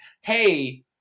Hey